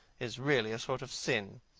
is really a sort of sin.